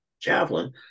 javelin